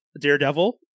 Daredevil